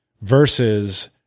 versus